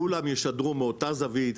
כולם ישדרו מאותה זווית.